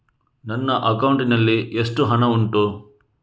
ನನ್ನ ಅಕೌಂಟ್ ನಲ್ಲಿ ಎಷ್ಟು ಹಣ ಉಂಟು?